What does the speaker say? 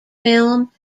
film